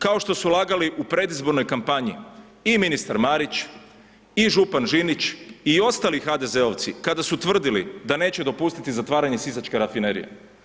Kao što su lagali u predizbornoj kampanji i ministar Marić i župan Žinić i ostali HDZ-ovci kada su tvrdili da neće dopustiti zatvaranje Sisačke rafinerije.